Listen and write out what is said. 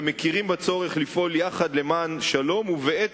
ומכירים בצורך לפעול יחד למען השלום ובעת